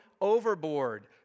overboard